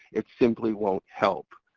it simply won't help.